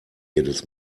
jedes